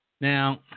Now